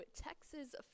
Texas